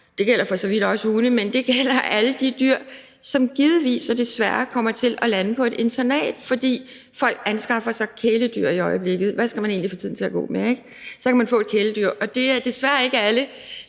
det gælder for så vidt også hunde – er alle de dyr, som givetvis og desværre lander på et internat, fordi folk anskaffer sig kæledyr i øjeblikket. Hvad skal man egentlig få tiden til at gå med, ikke? Så kan man få sig et kæledyr. Og det er desværre ikke alle,